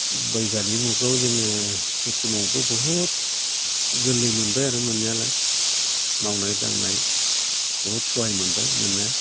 बैग्यानिक मुगायाव जोङो खेथि मावनोबो बहुद गोरलै मोनबाय आरो मोननायालाय मावनाय दांनाय बहुद सहाय मोनबाय मोननाया